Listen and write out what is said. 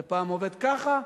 זה פעם עובד ככה,